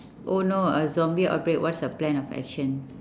oh no a zombie outbreak what's your plan of action